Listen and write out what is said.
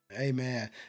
Amen